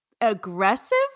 aggressive